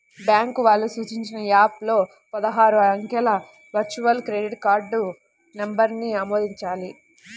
bank వాళ్ళు సూచించిన app లో పదహారు అంకెల వర్చువల్ క్రెడిట్ కార్డ్ నంబర్ను ఆమోదించాలి